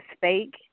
fake